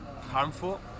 harmful